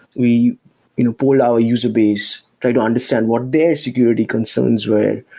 we you know polled our user base, try to understand what their security concerns were,